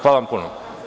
Hvala vam puno.